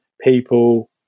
people